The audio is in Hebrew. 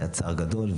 היה צער גדול,